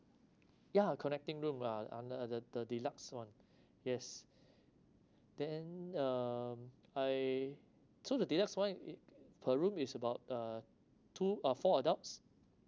yeah connecting room ah under the the deluxe one yes then um I so the deluxe one i~ per room is about uh two uh four adults